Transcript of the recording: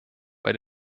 bei